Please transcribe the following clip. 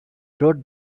road